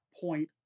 point